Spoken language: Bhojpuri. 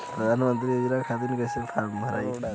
प्रधानमंत्री योजना खातिर कैसे फार्म भराई?